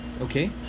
Okay